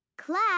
Class